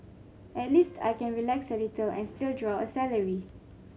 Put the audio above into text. at least I can relax a little and still draw a salary